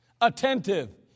attentive